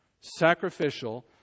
Sacrificial